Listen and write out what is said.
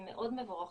הם מאוד מבורכים,